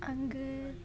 அங்கு